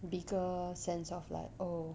bigger sense of like oh